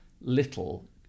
little